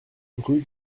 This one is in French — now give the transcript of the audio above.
rue